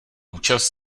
účast